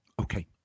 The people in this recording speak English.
Okay